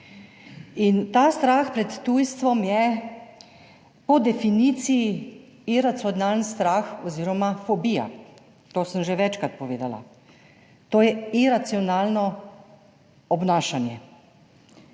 Ta strah pred tujstvom je po definiciji iracionalen strah oziroma fobija. To sem že večkrat povedala, to je iracionalno obnašanje.